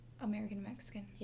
American-Mexican